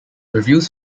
reviews